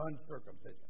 uncircumcision